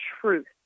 truth